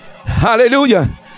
Hallelujah